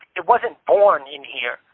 it wasn't born in here.